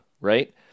Right